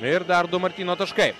ir dar du martyno taškai